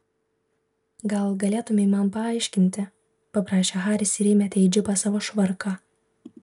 gal galėtumei man paaiškinti paprašė haris ir įmetė į džipą savo švarką